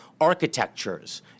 architectures